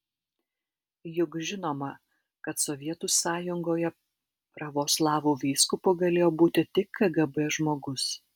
juk žinoma kad sovietų sąjungoje pravoslavų vyskupu galėjo būti tik kgb žmogus